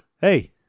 hey